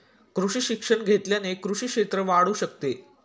कृषी शिक्षण घेतल्याने कृषी क्षेत्र वाढू शकते